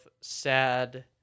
sad